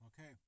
okay